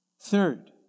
Third